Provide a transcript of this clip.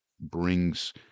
brings